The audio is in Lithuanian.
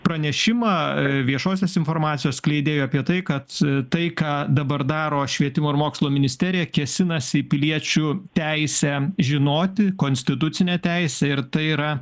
pranešimą viešosios informacijos skleidėjų apie tai kad tai ką dabar daro švietimo ir mokslo ministerija kėsinasi į piliečių teisę žinoti konstitucinę teisę ir tai yra